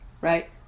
right